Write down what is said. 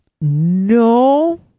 No